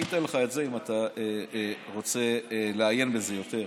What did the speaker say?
אני אתן לך את זה אם אתה רוצה לעיין בזה יותר.